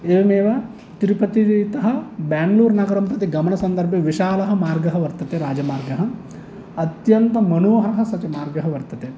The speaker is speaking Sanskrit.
एवमेव तिरुपतितः बेङ्गलूर् नगरं प्रति गमनसन्दर्भे विशालः मार्गः वर्तते राजमार्गः अत्यन्तं मनोहरः स च मार्गः वर्तते